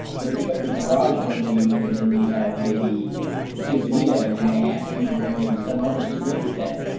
but if you have the garage one week and then we have maybe you know casita bonita, and then they ask you to bring in some other swing set,